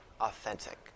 authentic